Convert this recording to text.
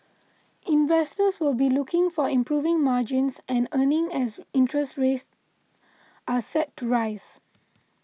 investors will be looking for improving margins and earnings as interest rates are set to rise